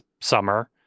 summer